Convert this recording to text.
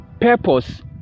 purpose